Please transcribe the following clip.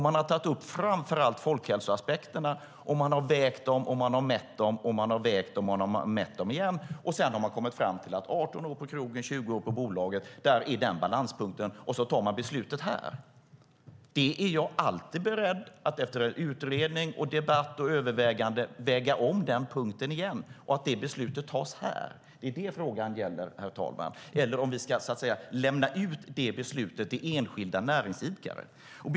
Man har tagit upp framför allt folkhälsoaspekterna, som man har vägt och mätt, och så har man kommit fram till att balanspunkten ligger vid 18 år på krogen och 20 år på Bolaget, och så har man tagit beslutet här. Jag är alltid beredd att efter utredning, debatt och övervägande göra en ny avvägning om den punkten, men beslutet ska tas här. Det är det eller om vi ska lämna ut beslutet till enskilda näringsidkare som frågan gäller, herr talman.